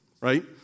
right